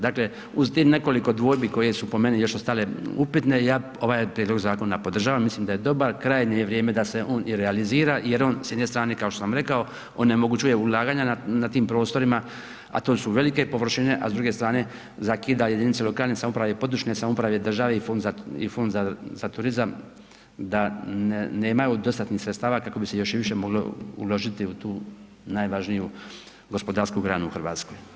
Dakle, uz tih nekoliko dvojbi koje su po meni još ostale upitne, ja, ovaj prijedlog zakona podržavam, mislim da je dobar, krajnje je vrijeme da se on i realizira jer on, s jedne strane, kao što sam rekao, onemogućuje ulaganja na tim prostorima, a to su velike površine, a s druge strane, zakida jedinice lokalne samouprave i područne samouprave, države i fond za turizam, da nemaju dostatnih sredstava kako bi se još i više moglo uložiti u to najvažniju gospodarsku granu u Hrvatskoj.